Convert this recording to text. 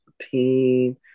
team